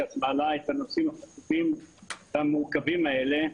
שאת מעלה את הנושאים הדחופים והמורכבים האלה.